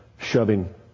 shoving